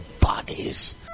bodies